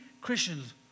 Christians